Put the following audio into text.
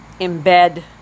embed